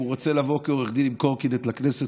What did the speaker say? אם הוא רוצה לבוא כעורך דין עם קורקינט לכנסת,